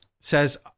says